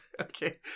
Okay